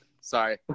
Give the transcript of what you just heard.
Sorry